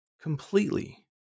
Completely